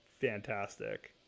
fantastic